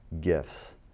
gifts